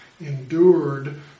endured